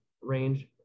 range